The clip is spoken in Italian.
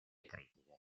critiche